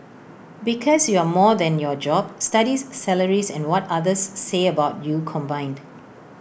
because you're more than your job studies salary and what others say about you combined